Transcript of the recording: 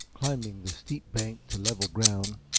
climbing the steep bank to level ground,